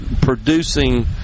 producing